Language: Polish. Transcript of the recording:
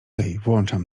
włączam